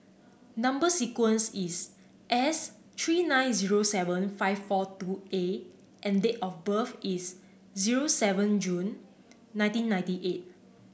number sequence is S three nine zero seven five four two A and date of birth is zero seven June nineteen ninety eight